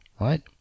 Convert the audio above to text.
right